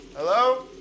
Hello